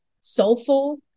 soulful